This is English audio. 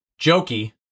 Jokey